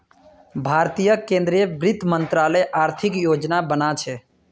भारतीय केंद्रीय वित्त मंत्रालय आर्थिक योजना बना छे